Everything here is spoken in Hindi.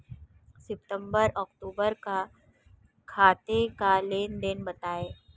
सितंबर अक्तूबर का खाते का लेनदेन बताएं